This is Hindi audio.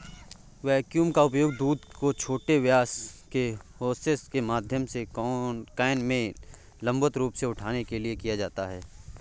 वैक्यूम का उपयोग दूध को छोटे व्यास के होसेस के माध्यम से कैन में लंबवत रूप से उठाने के लिए किया जाता है